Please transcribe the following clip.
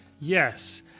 Yes